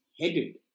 headed